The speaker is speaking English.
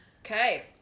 Okay